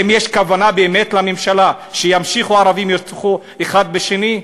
האם יש באמת כוונה לממשלה שהערבים ימשיכו לרצוח אחד את השני?